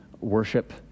worship